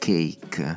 Cake